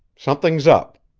something's up.